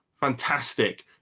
fantastic